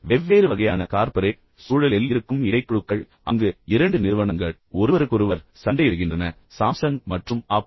வெவ்வேறு வகையான கார்ப்பரேட் சூழலில் இருக்கும் இடைக்குழுக்கள் அங்கு இரண்டு நிறுவனங்கள் ஒருவருக்கொருவர் சண்டையிடுகின்றன சாம்சங் மற்றும் ஆப்பிள்